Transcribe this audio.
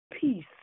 peace